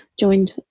joined